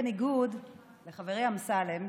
בניגוד לחברי אמסלם,